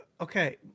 Okay